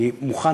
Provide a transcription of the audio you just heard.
אני מוכן,